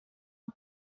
and